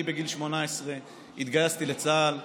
אני בגיל 18 התגייסתי לצה"ל,